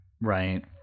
right